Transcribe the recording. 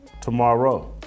tomorrow